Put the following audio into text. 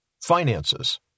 finances